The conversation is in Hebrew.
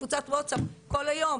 אנחנו פתחנו את את קבוצת הוואטסאפ כל היום,